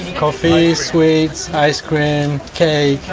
but coffee, sweets, ice cream, cakes.